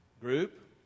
group